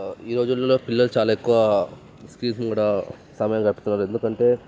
ఈ రోజులలో పిల్లలు చాలా ఎక్కువ స్క్రీన్స్ ముందర సమయం గడుపుతున్నారు ఎందుకంటే